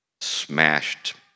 smashed